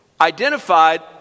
identified